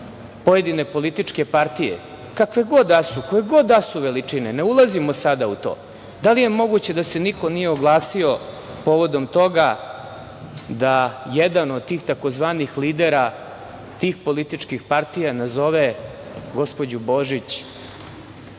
pojedine političke partije, kakve god da su, koje god da su veličine, ne ulazimo sada u to, da li je moguće da se niko nije oglasio povodom toga da jedan od tih tzv. lidera tih političkih partija nazove gospođu Božić,